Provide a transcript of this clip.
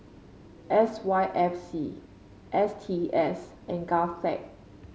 S Y F C S T S and Govtech